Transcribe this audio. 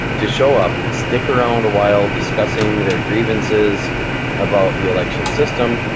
to show up, stick around a while discussing their grievances about the election system,